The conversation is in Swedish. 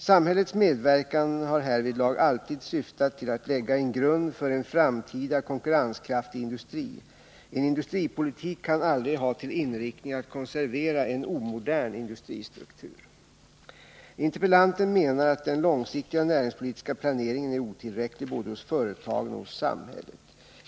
Samhällets medverkan har härvidlag alltid syftat till att lägga en grund för en framtida konkurrenskraftig industri. En industripolitik kan aldrig ha till inriktning att konservera en omodern industristruktur. Interpellanten menar att den långsiktiga näringspolitiska planeringen är otillräcklig både hos företagen och hos samhället.